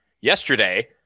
Yesterday